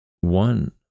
one